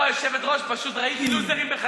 לא, היושבת-ראש, פשוט ראיתי לוזרים בחיי.